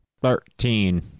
Thirteen